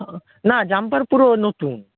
না জাম্পার পুরো নতুন